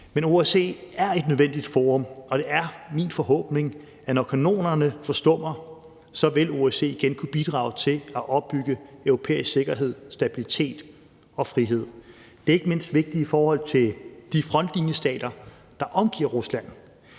Men OSCE er et nødvendigt forum, og det er min forhåbning, at når kanonerne forstummer, vil OSCE igen kunne bidrage til at opbygge europæisk sikkerhed stabilitet og frihed. Det er ikke mindst vigtige forhold til de frontlinjestater, der omgiver Rusland.